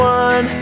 one